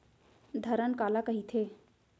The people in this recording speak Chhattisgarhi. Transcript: धरण काला कहिथे?